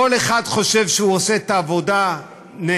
כל אחד חושב שהוא עושה את העבודה נהדר,